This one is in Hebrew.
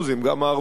גם הערביים,